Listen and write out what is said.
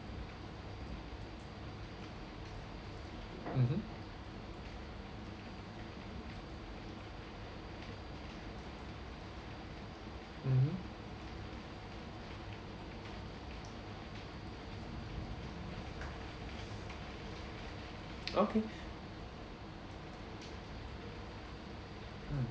mmhmm mmhmm okay mm